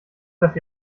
dass